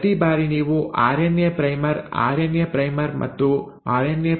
ಪ್ರತಿ ಬಾರಿ ನೀವು ಆರ್ಎನ್ಎ ಪ್ರೈಮರ್ ಆರ್ಎನ್ಎ ಪ್ರೈಮರ್ ಮತ್ತು ಆರ್ಎನ್ಎ ಪ್ರೈಮರ್ ಅನ್ನು ಹೊಂದಿರುತ್ತೀರಿ